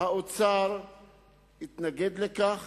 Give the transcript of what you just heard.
האוצר התנגד לכך.